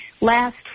last